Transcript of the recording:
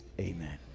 Amen